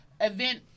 event